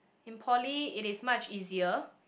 in poly it is much easier